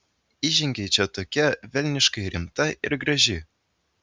įžengei čia tokia velniškai rimta ir graži